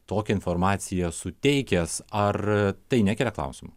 tokią informaciją suteikęs ar tai nekelia klausimų